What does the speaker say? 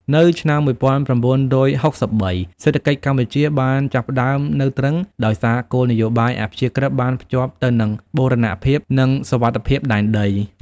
នៅឆ្នាំ១៩៦៣ សេដ្ឋកិច្ចកម្ពុជាបានចាប់ផ្តើមនៅទ្រឹង ដោយសារគោលនយោបាយអព្យាក្រឹត្យបានភ្ជាប់ទៅនឹងបូរណភាព និងសុវត្ថិភាពដែនដី។